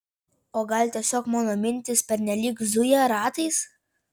o gal tiesiog mano mintys pernelyg zuja ratais